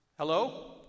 Hello